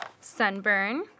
Sunburn